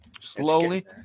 slowly